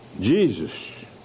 Jesus